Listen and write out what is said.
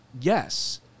Yes